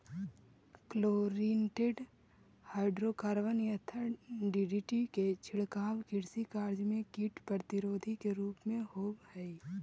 chlorinated hydrocarbon यथा DDT के छिड़काव कृषि कार्य में कीट प्रतिरोधी के रूप में होवऽ हई